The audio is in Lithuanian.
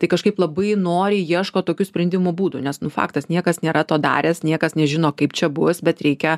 tai kažkaip labai noriai ieško tokių sprendimų būdų nes nu faktas niekas nėra to daręs niekas nežino kaip čia bus bet reikia